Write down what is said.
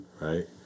Right